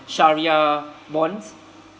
shariah bonds